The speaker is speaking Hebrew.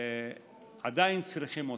ועדיין צריכים אותן,